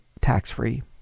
tax-free